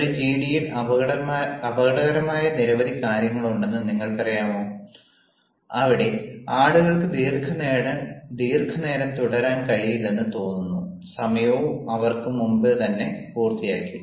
ഒരു ജിഡിയിൽ അപകടകരമായ നിരവധി കാര്യങ്ങളുണ്ടെന്ന് നിങ്ങൾക്കറിയാമോ അവിടെ ആളുകൾക്ക് ദീർഘനേരം തുടരാൻ കഴിയില്ലെന്ന് തോന്നുന്നു സമയവും അവർ മുമ്പുതന്നെ പൂർത്തിയാക്കി